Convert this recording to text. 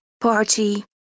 party